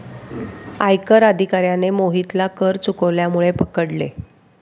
आयकर अधिकाऱ्याने मोहितला कर चुकवल्यामुळे पकडले